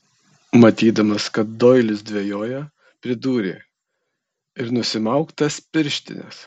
matydamas kad doilis dvejoja pridūrė ir nusimauk tas pirštines